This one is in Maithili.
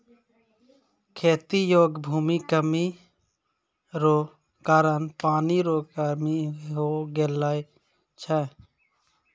खेती योग्य भूमि कमी रो कारण पानी रो कमी हो गेलौ छै